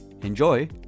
Enjoy